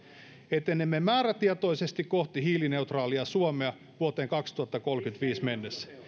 etenemme määrätietoisesti kohti hiilineutraalia suomea vuoteen kaksituhattakolmekymmentäviisi mennessä